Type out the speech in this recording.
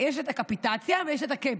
יש את הקפיטציה ויש את ה-cap,